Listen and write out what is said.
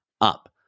up